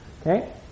okay